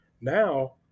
Now